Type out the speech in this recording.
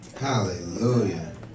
Hallelujah